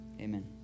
Amen